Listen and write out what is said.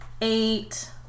eight